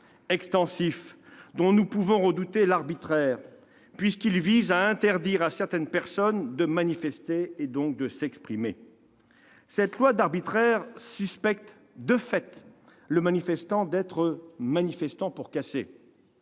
extensif, dont nous pouvons redouter l'arbitraire, puisqu'il vise à interdire à certaines personnes de manifester, et donc de s'exprimer. Cette loi d'arbitraire suspecte de fait le manifestant d'être manifestant pour casser.